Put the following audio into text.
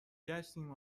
گشتیم